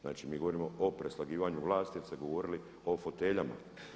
Znači, mi govorimo o preslagivanju vlasti jer ste govorili o foteljama.